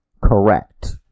correct